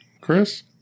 Chris